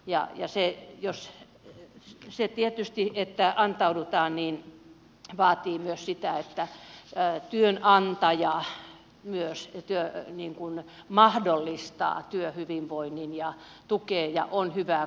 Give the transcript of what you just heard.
ja tietysti jos antaudutaan niin se vaatii myös sitä että työnantaja myös mahdollistaa työhyvinvoinnin ja tukee ja on hyvää koulutusta